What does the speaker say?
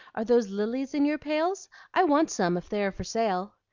are those lilies in your pails? i want some if they are for sale.